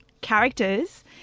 characters